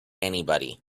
anybody